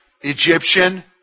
Egyptian